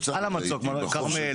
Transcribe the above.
מלון כרמל,